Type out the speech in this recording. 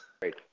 great